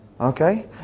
Okay